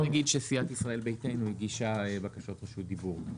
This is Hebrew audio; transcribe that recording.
אני אגיד שסיעת ישראל ביתנו הגישה בקשות רשות דיבור.